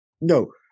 No